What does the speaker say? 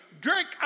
drink